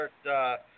start